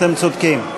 אתם צודקים.